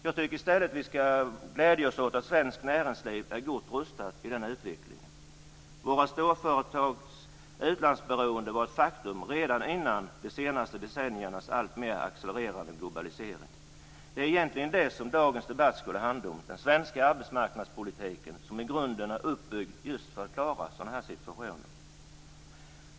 Jag tycker i stället att vi skall glädja oss åt att svenskt näringsliv är gott rustat i den utvecklingen. Våra storföretags utlandsberoende var ett faktum redan före det senaste decenniets alltmer accelererande globalisering. Det är egentligen det som dagens debatt skulle handla om, dvs. den svenska arbetsmarknadspolitiken, som i grunden är uppbyggd just för att klara sådana här situationer.